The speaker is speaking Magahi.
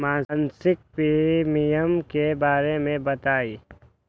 मासिक प्रीमियम के बारे मे बताई?